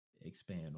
expand